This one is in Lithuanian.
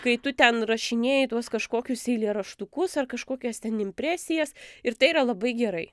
kai tu ten rašinėji tuos kažkokius eilėraštukus ar kažkokias ten impresijas ir tai yra labai gerai